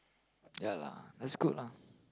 ya lah that's good lah